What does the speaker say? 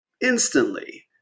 instantly